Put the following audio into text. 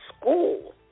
school